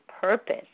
purpose